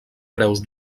preus